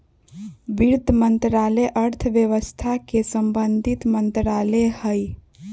वित्त मंत्रालय अर्थव्यवस्था से संबंधित मंत्रालय हइ